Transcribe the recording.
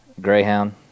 Greyhound